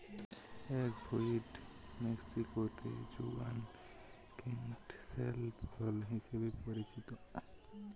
egg fruit মেক্সিকোতে যুগান canistel ফল হিসেবে পরিচিত